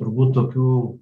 turbūt tokių